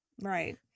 Right